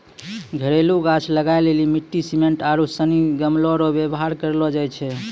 घरेलू गाछ लगाय लेली मिट्टी, सिमेन्ट आरू सनी गमलो रो वेवहार करलो जाय छै